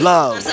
Love